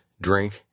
drink